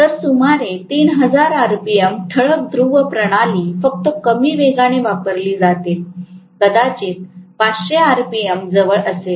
तर सुमारे 3000 आरपीएम ठळक ध्रुव प्रणाली फक्त कमी वेगाने वापरली जातील कदाचित 500 आरपीएम जवळ असेल